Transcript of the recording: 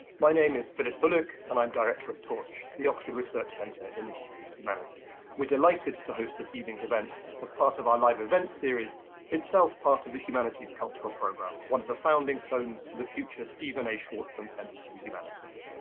my name is philip bullock and i'm director of torch, the oxford research center in humanities. we're delighted to host this evening's event as part of our live events series itself part of the humanities cultural programme, one of the founding stones for the future stephen a. schwarzman centre for the humanities.